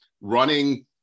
running